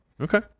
Okay